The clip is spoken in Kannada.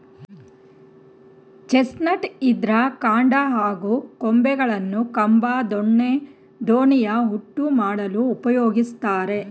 ಚೆಸ್ನಟ್ ಇದ್ರ ಕಾಂಡ ಹಾಗೂ ಕೊಂಬೆಗಳನ್ನು ಕಂಬ ದೊಣ್ಣೆ ದೋಣಿಯ ಹುಟ್ಟು ಮಾಡಲು ಉಪಯೋಗಿಸ್ತಾರೆ